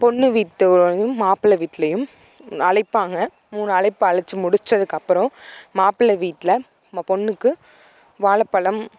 பொண்ணு வீட்லையும் மாப்பிள்ள வீட்லையும் அழைப்பாங்க மூணு அழைப்பு அழைச்சு முடிச்சதுக்கு அப்புறம் மாப்பிள்ளை வீட்டில் நம்ம பொண்ணுக்கு வாழைப்பழம்